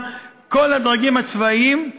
כל הדרגים הצבאיים,